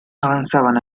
avanzaban